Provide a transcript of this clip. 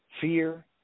fear